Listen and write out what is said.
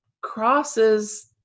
crosses